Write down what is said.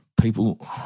people